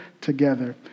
together